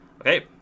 Okay